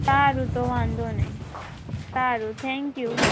સારું તો વાંધો નહીં સારું થેન્ક યુ